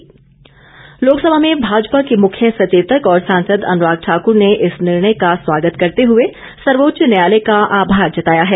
अनुराग ठाकुर लोकसभा में भाजपा के मुख्य सचेतक और सांसद अनुराग ठाकुर ने इस निर्णय का स्वागत करते हुए सर्वोच्च न्यायालय का आभार जताया है